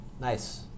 Nice